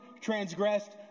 transgressed